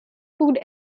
food